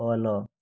follow